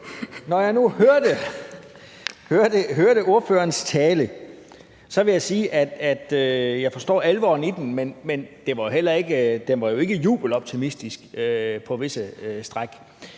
når jeg nu hørte ordførerens tale, vil jeg sige, at jeg forstår alvoren i den, men at den på visse stræk